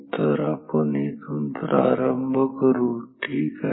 तर आपण येथून प्रारंभ करू ठीक आहे